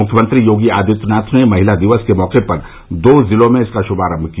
मुख्यमंत्री योगी आदित्यनाथ ने महिला दिवस के मौके पर दो जिलों में इसका शुभारंभ किया